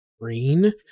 green